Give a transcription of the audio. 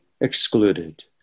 excluded